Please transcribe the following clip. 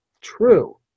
true